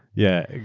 yeah.